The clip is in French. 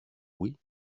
oui